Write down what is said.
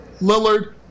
Lillard